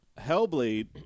Hellblade